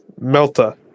Melta